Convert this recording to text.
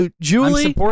Julie